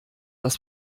das